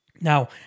Now